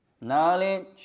Knowledge